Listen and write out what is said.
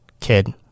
kid